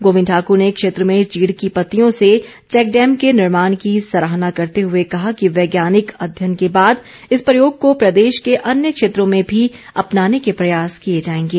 गोविंद ठाकूर ने क्षेत्र में चीड़ की पत्तियों से चैकडैम के निर्माण की सराहना करते हुए कहा कि वैज्ञानिक अध्ययन के बाद इस प्रयोग को प्रदेश के अन्य क्षेत्रो में भी अपनाने के प्रयास किए जाएँगे